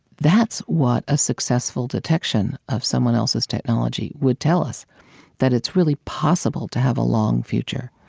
that's what a successful detection of someone else's technology would tell us that it's really possible to have a long future,